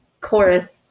chorus